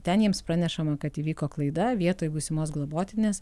ten jiems pranešama kad įvyko klaida vietoj būsimos globotinės